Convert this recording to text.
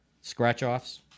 Scratch-offs